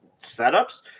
setups